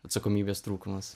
atsakomybės trūkumas